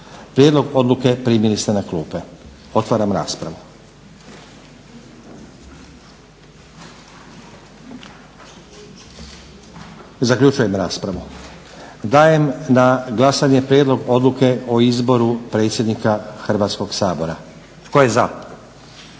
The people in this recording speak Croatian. Prijedlog odluke primili ste na klupe. Otvaram raspravu. Zaključujem raspravu. Dajem na glasanje prijedlog Odluke o izboru predsjednika Hrvatskog sabora. Tko je za?